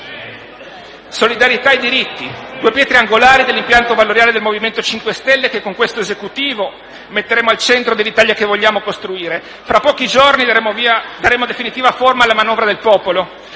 Solidarietà e diritti sono due pietre angolari dell'impianto valoriale del MoVimento 5 Stelle che con questo Esecutivo metteremo al centro dell'Italia che vogliamo costruire. Fra pochi giorni daremo definitiva forma alla manovra del popolo,